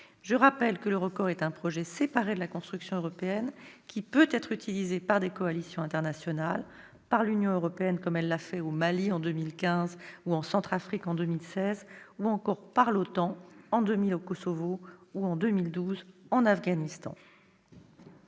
Je rappelle que l'Eurocorps est un projet séparé de la construction européenne, qui peut être utilisé par des coalitions internationales, par l'Union européenne- tel a été le cas au Mali en 2015 ou en Centrafrique en 2016 -, ou encore par l'OTAN- il en fut ainsi en 2000 au Kosovo et en 2012 en Afghanistan.